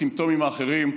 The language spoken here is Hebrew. הסימפטומים האחרים,